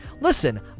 Listen